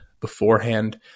beforehand